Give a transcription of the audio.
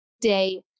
day